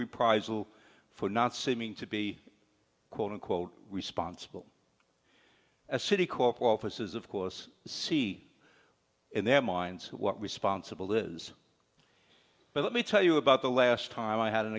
reprisal for not seeming to be quote unquote responsible as citicorp offices of course see in their minds what responsible is but let me tell you about the last time i had an